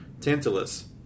Tantalus